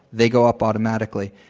they go up automatically.